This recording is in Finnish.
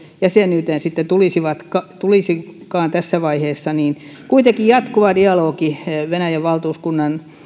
jäsenyyteen sitten tulisikaan tässä vaiheessa niin kuitenkin jatkuva dialogi venäjän valtuuskunnan